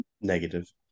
Negative